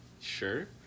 sure